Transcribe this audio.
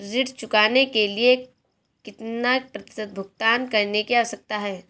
ऋण चुकाने के लिए कितना प्रतिशत भुगतान करने की आवश्यकता है?